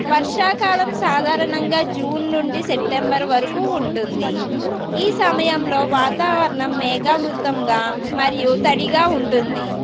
వర్షాకాలం సాయాధారణంగా జూన్ నుండి సెప్టెంబర్ వరకు ఉంటుంది ఈ సమయంలో వాతావరణం మేఘాభివృద్దంగా మరియు తడిగా ఉంటుంది